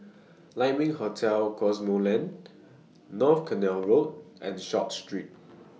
Lai Ming Hotel Cosmoland North Canal Road and Short Street